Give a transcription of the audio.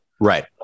Right